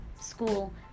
school